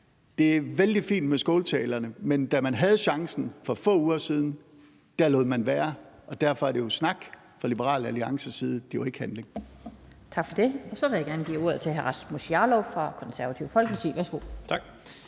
Det er vældig fint med skåltalerne, men da man havde chancen for få uger siden, lod man være. Og derfor er det jo snak fra Liberal Alliances side – det er jo ikke handling. Kl. 17:07 Den fg. formand (Annette Lind): Tak for det. Så vil jeg gerne give ordet til hr. Rasmus Jarlov fra Det Konservative Folkeparti. Værsgo. Kl.